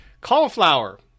Cauliflower